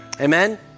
Amen